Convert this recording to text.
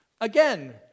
Again